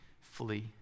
flee